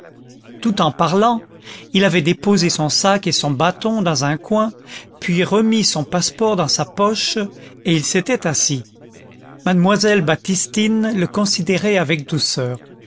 tout en parlant il avait déposé son sac et son bâton dans un coin puis remis son passeport dans sa poche et il s'était assis mademoiselle baptistine le considérait avec douceur